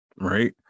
right